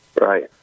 Right